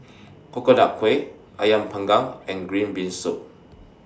Coconut Kuih Ayam Panggang and Green Bean Soup